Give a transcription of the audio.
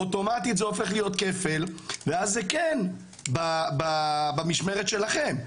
אוטומטית זה הופך להיות כפל ואז זה כן במשמרת שלכם,